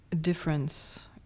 difference